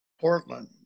Portland